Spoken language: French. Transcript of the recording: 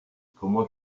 comment